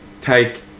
take